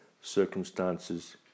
circumstances